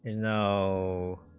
no